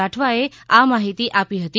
રાઠવાએ આ માહિતી આપી હતી